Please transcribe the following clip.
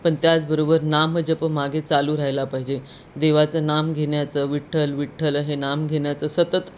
पण त्याचबरोबर नाम जप मागे चालू राहायला पाहिजे देवाचं नाम घेण्याचं विठ्ठल विठ्ठल हे नाम घेण्याचं सतत